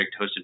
hosted